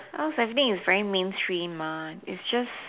almost everything is very mainstream mah is just